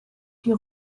die